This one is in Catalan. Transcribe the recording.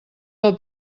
del